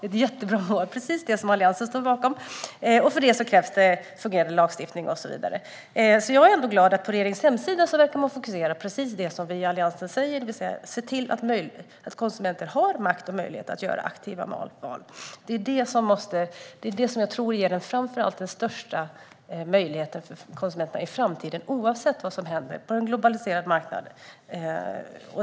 Det är jättebra och precis det som Alliansen stod bakom. För det krävs det fungerande lagstiftning, och så vidare. Jag är ändå glad att man på regeringens hemsida verkar fokusera på precis det som vi i Alliansen säger, det vill säga att se till att konsumenter har makt och möjlighet att göra aktiva val. Det tror jag framför allt ger den största möjligheten för konsumenterna i framtiden oavsett vad som händer på en globaliserad marknad.